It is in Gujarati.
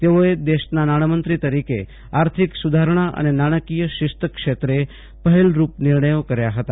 તેઓએ દેશના નાણામંત્રી તરીકે આર્થિક સુધારણા અને નાણાકીય શિસ્ત ક્ષેત્રે પહેલરૂપ નિર્ણયો કર્યા હતા